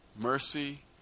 Mercy